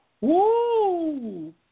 Woo